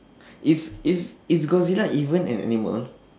is is is godzilla even an animal